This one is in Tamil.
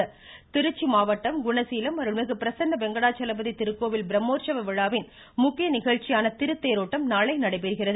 ருருருரு கோவில் திருச்சி மாவட்டம் குணசீலம் அருள்மிகு பிரசன்ன வெங்கடாஜலபதி திருக்கோவில் பிரம்மோந்சவ விழாவின் முக்கிய நிகழ்ச்சியான திருத்தேரோட்டம் நாளை நடைபெறுகிறது